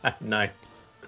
Nice